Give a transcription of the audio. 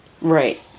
Right